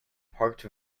parked